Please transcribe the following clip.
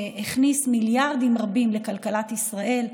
שהכניס מיליארדים רבים לכלכלת ישראל,